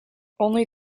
only